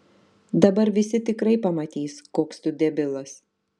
dabar visi tikrai pamatys koks tu debilas